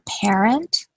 parent